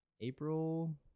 April